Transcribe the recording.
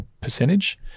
percentage